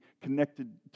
connected